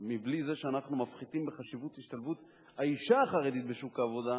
בלי שאנחנו מפחיתים בחשיבות השתלבות האשה החרדית בשוק העבודה,